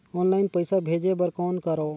Online पईसा भेजे बर कौन करव?